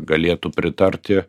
galėtų pritarti